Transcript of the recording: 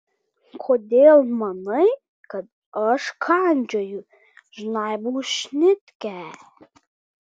kodėl manai kad aš kandžioju žnaibau šnitkę